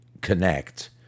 connect